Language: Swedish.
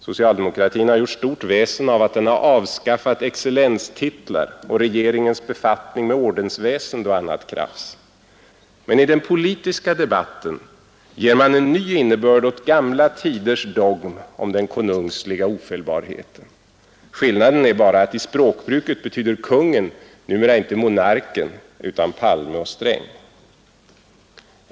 Socialdemokratin har gjort stort väsen av att den avskaffat excellenstitlar och regeringens befattning med ordensväsende och annat krafs. Men i den politiska debatten ger man en ny innebörd åt gamla tiders dogm om den konungsliga ofelbarheten. Skillnaden är att i språket betyder ”kungen” numera inte monarken, utan Palme och Sträng.